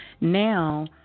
Now